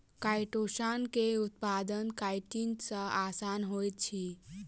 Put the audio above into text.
chitosan के उत्पादन chitin सॅ आसान होइत अछि